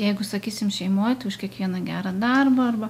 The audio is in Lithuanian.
jeigu sakysim šeimoj tai už kiekvieną gerą darbą arba